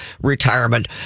retirement